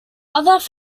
others